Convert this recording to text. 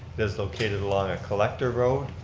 it is located along a collector road.